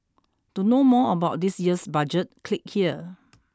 to know more about this year's Budget click here